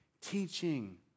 teaching